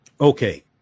Okay